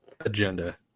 agenda